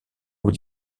aux